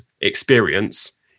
experience